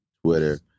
Twitter